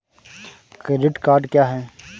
Credit card क्या है?